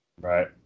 right